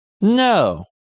No